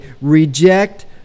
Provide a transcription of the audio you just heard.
reject